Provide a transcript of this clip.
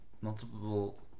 Multiple